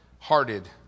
hearted